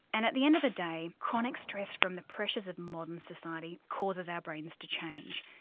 and at the end of the day, chronic stress from the pressures of modern society causes our brains to change.